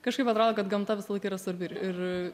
kažkaip atrodo kad gamta visąlaik yra svarbi ir ir